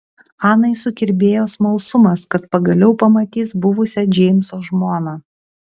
anai sukirbėjo smalsumas kad pagaliau pamatys buvusią džeimso žmoną